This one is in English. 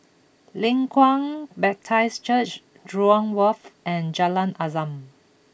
Leng Kwang Baptist Church Jurong Wharf and Jalan Azam